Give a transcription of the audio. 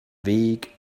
weg